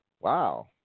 Wow